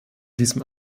diesem